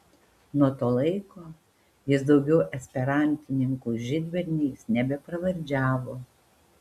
nuo to laiko jis daugiau esperantininkų žydberniais nebepravardžiavo